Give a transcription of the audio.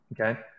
okay